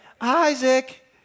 Isaac